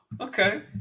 okay